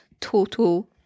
total